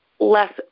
less